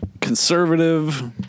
conservative